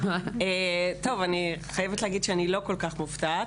אני חייבת להגיד שאני לא כל כך מופתעת.